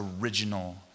original